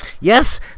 yes